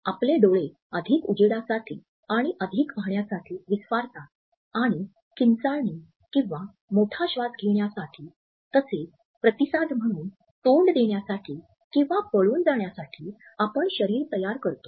आपले डोळे अधिक उजेडासाठी आणि अधिक पहाण्यासाठी विस्फारतात आणि किंचाळणे किंवा मोठा श्वास घेण्यासाठी तसेच प्रतिसाद म्हणून तोंड देण्यासाठी किंवा पळून जाण्यासाठी आपण शरीर तयार करतो